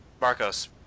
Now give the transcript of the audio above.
Marcos